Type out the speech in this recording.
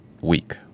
week